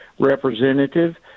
representative